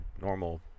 normal